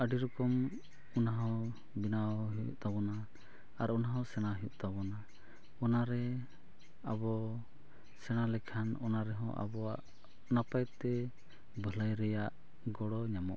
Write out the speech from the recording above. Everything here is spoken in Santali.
ᱟᱹᱰᱤ ᱨᱚᱠᱚᱢ ᱚᱱᱟ ᱦᱚᱸ ᱵᱮᱱᱟᱣ ᱦᱩᱭᱩᱜ ᱛᱟᱵᱚᱱᱟ ᱟᱨ ᱚᱱᱟ ᱦᱚᱸ ᱥᱮᱬᱟ ᱦᱩᱭᱩᱜ ᱛᱟᱵᱚᱱᱟ ᱚᱱᱟ ᱨᱮ ᱟᱵᱚ ᱥᱮᱬᱟ ᱞᱮᱠᱷᱟᱱ ᱚᱱᱟ ᱨᱮᱦᱚᱸ ᱟᱵᱚᱣᱟᱜ ᱱᱟᱯᱟᱭ ᱛᱮ ᱵᱷᱟᱹᱞᱟᱹᱭ ᱨᱮᱭᱟᱜ ᱜᱚᱲᱚ ᱧᱟᱢᱚᱜᱼᱟ